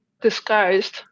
disguised